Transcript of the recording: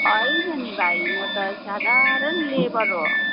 होइन नि भाइ म त साधारण लेबर हो